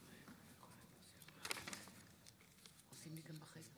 19:34. אנחנו יוצאים מתוך הנחה שכל מי